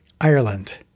Ireland